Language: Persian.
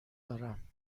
دارم